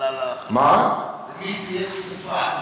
למי היא תהיה כפופה?